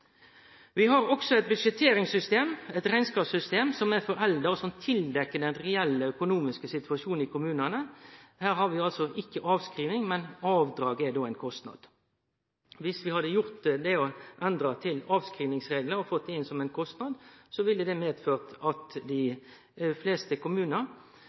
Vi har også eit budsjetteringssystem/rekneskapssystem som er forelda og tildekkjer den reelle økonomiske situasjonen i kommunane. Her har vi ikkje avskriving, men avdrag er då ein kostnad. Dersom vi hadde endra det til avskrivingsreglar og fått det inn som ein kostnad, ville det medført at